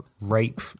rape